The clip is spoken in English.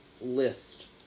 list